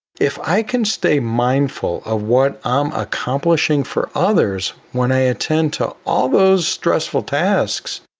if i can stay mindful of what i'm accomplishing for others, when i attend to all those stressful tasks,